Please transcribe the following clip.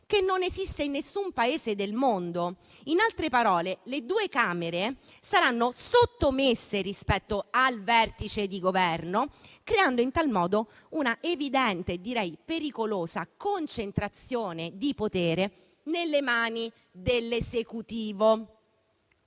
che non esiste in nessun Paese del mondo. In altre parole, le due Camere saranno sottomesse rispetto al vertice di Governo, creando in tal modo una evidente, direi pericolosa, concentrazione di potere nelle mani dell'Esecutivo.